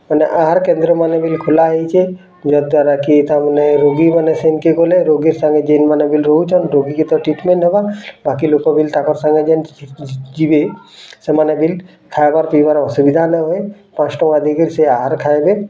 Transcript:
ସେନ୍ତା ଆହାର କେନ୍ଦ୍ରମାନ ବି ଖୋଲା ହେଇଛେ ଯ ଦ୍ୱାରା କି ତାମାନେ ରୋଗୀମାନେ ସେନ୍ କେ ଗଲେ ରୋଗୀ ସାଙ୍ଗେ ଯିନ୍ ମାନେ ବି ରହୁଛନ୍ ରୋଗୀ ତ ଟ୍ରିଟ୍ମେଣ୍ଟ ହେବ ବାକି ଲୋକ ବୋଲି ତାଙ୍କର ସାଙ୍ଗେ ଯେମିତି ଯିବେ ସେମାନଙ୍କର ଖାଇବାର୍ ପିଇବାର୍ ଅସୁବିଧା ନା ହଏ ପାଞ୍ଚ ଟଙ୍କା ଦେଇ ସେ ଆହାର ଖାଇବେ